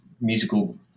musical